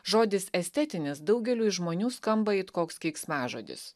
žodis estetinis daugeliui žmonių skamba it koks keiksmažodis